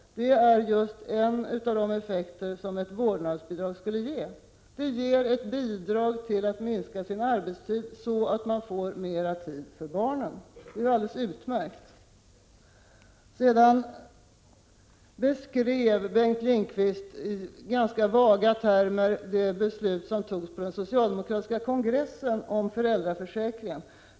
Det är just en av de effekter som ett vårdnadsbidrag skulle ge. Det ger ett bidrag till möjligheterna att minska sin arbetstid så att man får mera tid för barnen. Detta är alldeles utmärkt. Bengt Lindqvist beskrev i ganska vaga termer det beslut om föräldraförsäkringen som togs på den socialdemokratiska kongressen.